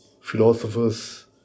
philosophers